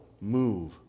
move